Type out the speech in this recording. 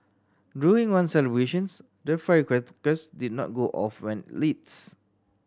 during one celebrations the firecrackers did not go off when lit